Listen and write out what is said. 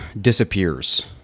disappears